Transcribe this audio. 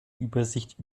übersicht